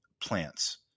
plants